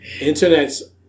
Internet's